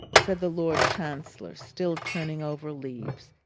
said the lord chancellor, still turning over leaves,